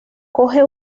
coge